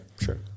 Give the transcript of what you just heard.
sure